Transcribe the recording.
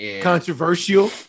controversial